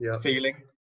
feeling